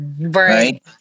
right